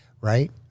right